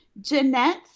Jeanette